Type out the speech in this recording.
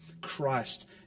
Christ